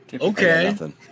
Okay